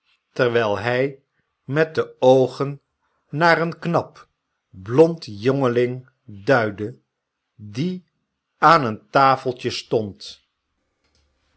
terwijl hij met de oogen naar een knap blond jongeling duidde die aan een tafeltje stond